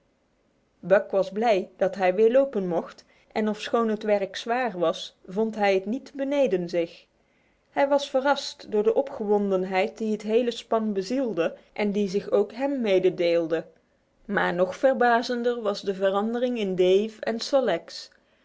buck was blij dat hij weer lopen mocht en ofschoon het werk zwaar was vond hij het niet beneden zich hij was verrast door de opgewondenheid die het hele span bezielde en die zich ook aan hem mededeelde maar nog verbazender was de verandering in dave en